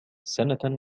سنة